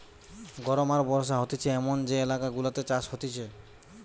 গরম আর বর্ষা হতিছে এমন যে এলাকা গুলাতে চাষ হতিছে